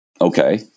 Okay